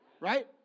Right